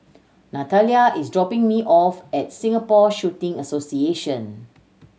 Nathalia is dropping me off at Singapore Shooting Association